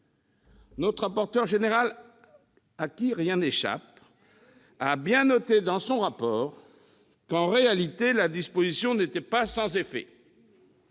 notre rapporteur général, à qui rien n'échappe, ... Eh oui !... a bien noté dans son rapport qu'en réalité la disposition n'était pas sans effet.